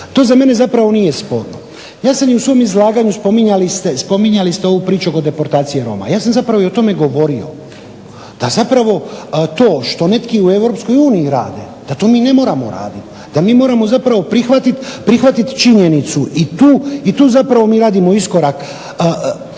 To za mene ustvari nije sporno. Ja sam i u svom izlaganju, spominjali ste ovu priču o deportaciji Roma, ja sam zapravo o tome govorio. Pa zapravo, to što neki u Europskoj uniji rade, da to mi ne moramo raditi, da mi moramo zapravo prihvatiti činjenicu i tu mi radimo iskorak,